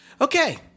Okay